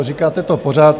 Říkáte to pořád.